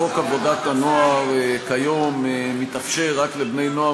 בחוק עבודת הנוער כיום מתאפשר רק לבני-נוער